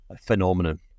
phenomenon